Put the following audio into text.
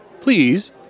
Please